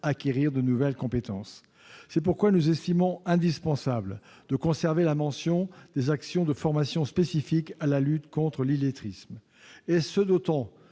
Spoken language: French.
acquérir de nouvelles compétences. C'est pourquoi nous estimons indispensable de conserver la mention des actions de formations spécifiques à la lutte contre l'illettrisme, et ce d'autant